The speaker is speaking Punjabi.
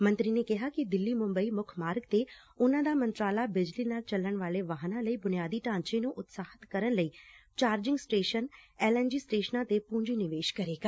ਮੰਤਰੀ ਨੇ ਕਿਹਾ ਕਿ ਦਿੱਲੀ ਮੁੰਬਈ ਮੁੱਖ ਮਾਰਗ ਤੇ ਉਨੂਾਂ ਦਾ ਮੰਤਰਾਲਾ ਬਿਜਲੀ ਨਾਲ ਚੱਲਣ ਵਾਲੇ ਵਾਹਨਾਂ ਲਈ ਬੁਨਿਆਦੀ ਢਾਂਚੇ ਨੂੰ ਉਤਸ਼ਾਹਿਤ ਕਰਨ ਲਈ charging station L N G ਸਟੇਸ਼ਨਾਂ ਤੇ ਪੂੰਜੀ ਨਿਵੇਸ਼ ਕਰੇਗਾ